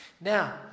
Now